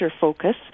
focus